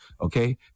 okay